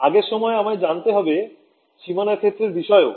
আগের সময়ে আমায় জানতে হবে সীমানায় ক্ষেত্রের বিষয়েও